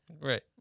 Right